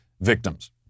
victims